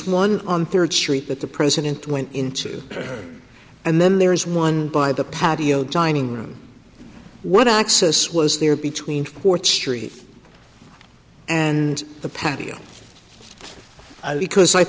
one on third street that the president went into and then there is one by the patio dining room what access was there between court street and the patio because i